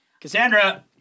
Cassandra